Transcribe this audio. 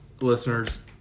Listeners